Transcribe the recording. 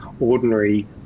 ordinary